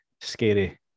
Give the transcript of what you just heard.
scary